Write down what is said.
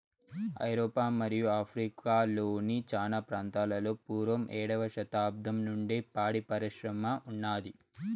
ఐరోపా మరియు ఆఫ్రికా లోని చానా ప్రాంతాలలో పూర్వం ఏడవ శతాబ్దం నుండే పాడి పరిశ్రమ ఉన్నాది